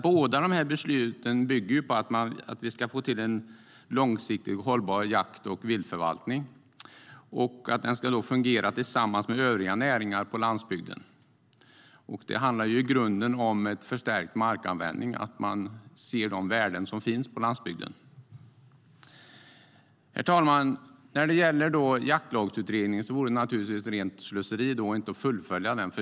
Båda besluten bygger på att vi ska få till en långsiktigt hållbar jakt och viltförvaltning och att den ska fungera tillsammans med övriga näringar på landsbygden. Det handlar i grunden om förstärkt markanvändning att man ser de värden som finns på landsbygden. Herr talman! När det gäller Jaktlagsutredningen vore det rent slöseri att inte fullfölja den.